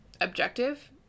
objective